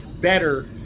better